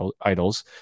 idols